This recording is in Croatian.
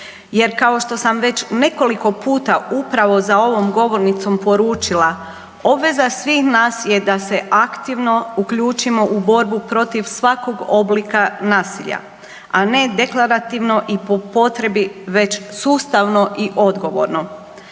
Jer kao što sam već nekoliko puta upravo za ovom govornicom poručila obveza svih nas je da se aktivno uključimo u borbu protiv svakog oblika nasilja, a ne deklarativno i po potrebi već sustavno i odgovorno.